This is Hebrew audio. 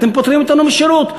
אתם פוטרים אותנו משירות.